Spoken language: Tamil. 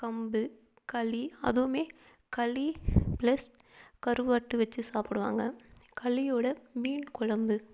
கம்பு களி அதுவுமே களி ப்ளஸ் கருவாடு வெச்சு சாப்பிடுவாங்க களியோடு மீன் கொழம்பு